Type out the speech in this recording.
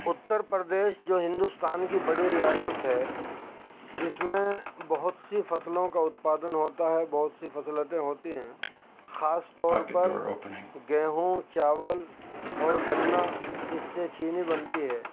اتر پردیش جو ہندوستان کی بڑی ریاست ہے اس میں بہت سی فصلوں کا اتپادن ہوتا ہے بہت سی فصلیں ہوتی ہیں خاص طور پر گیہوں چاول اور گنا جس سے چینی بنتی ہے